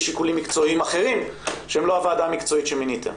שיקולים מקצועיים אחרים שהם לא של הוועדה המקצועית שמיניתם?